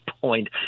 point